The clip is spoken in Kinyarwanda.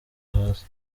hasi